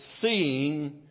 Seeing